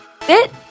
FIT